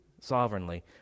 sovereignly